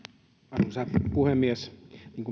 arvoisa puhemies niin